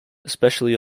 especially